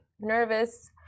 nervous